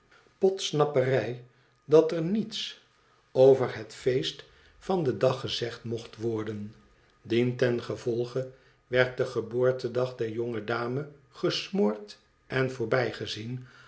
podsnappenj dat er niets over het feest van den dag gezegd mocht worden dientengevolge werd de geboortedag der jonge dame gesmoord en voorbijgezien